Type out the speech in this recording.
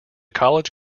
college